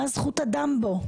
מה זכות אדם בו?